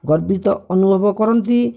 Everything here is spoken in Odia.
ଗର୍ବିତ ଅନୁଭବ କରନ୍ତି